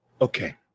Okay